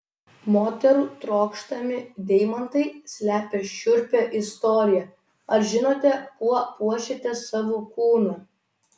moterų trokštami deimantai slepia šiurpią istoriją ar žinote kuo puošiate savo kūną